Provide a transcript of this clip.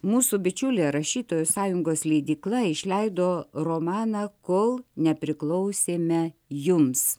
mūsų bičiulė rašytojų sąjungos leidykla išleido romaną kol nepriklausėme jums